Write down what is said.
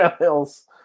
else